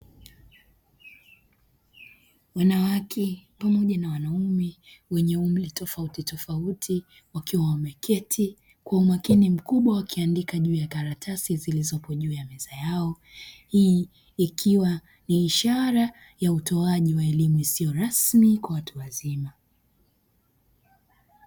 Wanawake pamoja na wanaume wenye umri tofautitofauti, wakiwa wameketi kwa umakini mkubwa wakiandika juu ya karatasi zilizopo juu ya meza yao hii ikiwa ni ishara ya utowaji wa elimu isiyo rasmi kwa watu wazima.